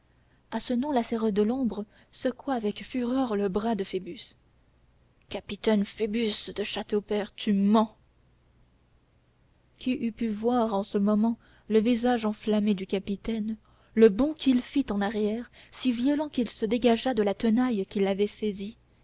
à ce nom la serre de l'ombre secoua avec fureur le bras de phoebus capitaine phoebus de châteaupers tu mens qui eût pu voir en ce moment le visage enflammé du capitaine le bond qu'il fit en arrière si violent qu'il se dégagea de la tenaille qui l'avait saisi